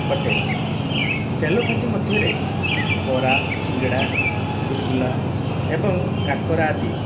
ଅଟେ ତେଲ ଭାଜି ମଧ୍ୟରେ ବରା ସିଙ୍ଗଡ଼ା ଗୁଲୁଗୁଲା ଏବଂ କାକରା ଆଦି